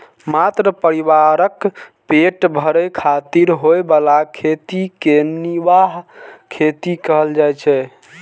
मात्र परिवारक पेट भरै खातिर होइ बला खेती कें निर्वाह खेती कहल जाइ छै